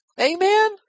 Amen